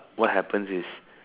what happen is